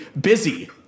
busy